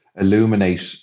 illuminate